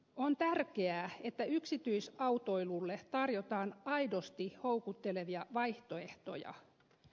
on tärkeää että yksityisautoilulle tarjotaan aidosti houkuttelevia vaihtoehtoja